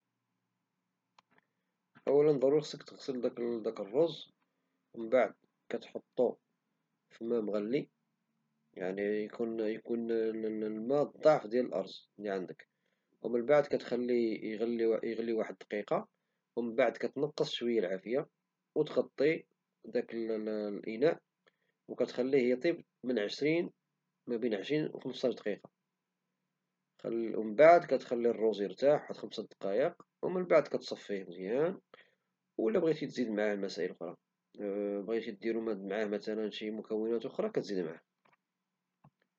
أولا خصك تغسل داك الروز ومن بعد كتحطو في الماء مغلي، ويكون الماء الضعف ديال الروز لي عندك، ومن بعد كتخليه يغلي واحد الدقيقة من بعد كتنقص شوية العافية وتغطي داك الإناء وكتخليه يطيب من عشرين حتى خمسطاش دقيقة، من بعد كتخلي الروز يرتاح شي خمسة دقايق ومن بعد كتصفيه مزيان واذا بغيتي كتزيد معه شي مكونات أخرى ممكن.